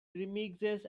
remixes